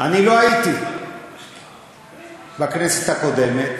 אני לא הייתי בכנסת הקודמת,